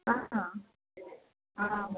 हा हा आम्